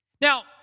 Now